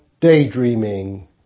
daydreaming